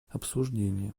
обсуждения